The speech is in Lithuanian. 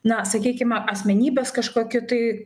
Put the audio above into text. na sakykime asmenybės kažkokiu tai